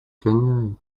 january